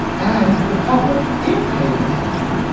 and the public, in paying attention,